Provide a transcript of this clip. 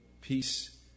peace